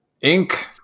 ink